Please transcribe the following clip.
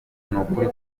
n’ukuri